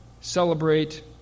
celebrate